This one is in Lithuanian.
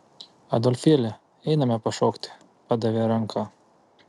adolfėli einame pašokti padavė ranką